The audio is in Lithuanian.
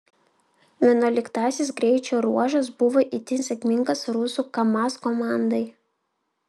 vienuoliktasis greičio ruožas buvo itin sėkmingas rusų kamaz komandai